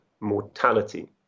mortality